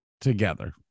together